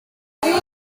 beth